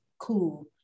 cool